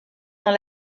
dans